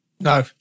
No